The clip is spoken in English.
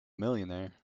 millionaire